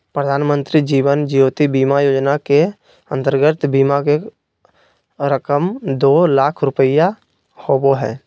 प्रधानमंत्री जीवन ज्योति बीमा योजना के अंतर्गत बीमा के रकम दो लाख रुपया होबो हइ